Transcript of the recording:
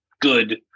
good